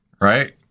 Right